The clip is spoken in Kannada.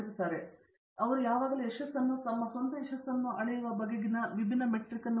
ಆದ್ದರಿಂದ ಅವರು ಯಾವಾಗಲೂ ಯಶಸ್ಸನ್ನು ಅಥವಾ ತಮ್ಮ ಸ್ವಂತ ಯಶಸ್ಸನ್ನು ಅಳೆಯುವ ಬಗೆಗಿನ ವಿಭಿನ್ನ ಮೆಟ್ರಿಕ್ ಅನ್ನು ಹೊಂದಿದ್ದರು